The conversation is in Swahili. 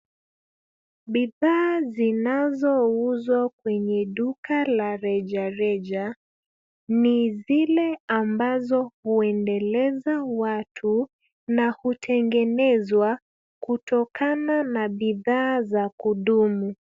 Bidhaa zinazouzwa kwenye duka la rejareja. Ni zile ambazo huendeleza watu na utengenezwa kutokana na bidhaa za kudumu.